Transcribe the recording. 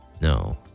No